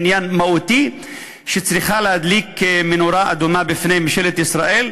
היא עניין מהותי שצריך להדליק נורה אדומה בפני ממשלת ישראל.